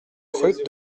route